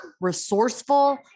resourceful